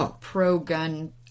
pro-gun